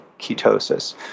ketosis